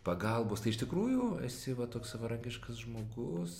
pagalbos tai iš tikrųjų esi toks savarankiškas žmogus